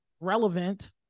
relevant